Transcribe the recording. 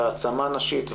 והעצמה נשית,